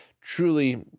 truly